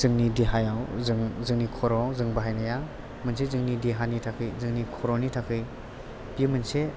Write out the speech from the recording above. जोंनि देहायाव जोङो जोंनि खर'आव जों बाहायनाया मोनसे जोंनि देहानि थाखाय जोंनि खर'नि थाखाय बे मोनसे